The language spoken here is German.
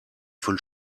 von